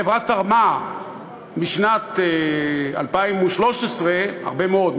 החברה תרמה משנת 2013 הרבה מאוד,